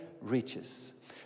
riches